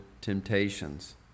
temptations